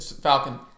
Falcon